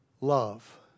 love